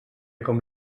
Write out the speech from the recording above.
com